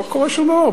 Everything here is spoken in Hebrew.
לא קורה שום דבר,